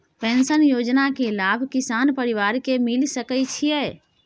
Pension योजना के लाभ किसान परिवार के मिल सके छिए?